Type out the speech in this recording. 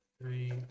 three